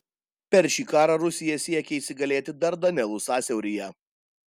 per šį karą rusija siekė įsigalėti dardanelų sąsiauryje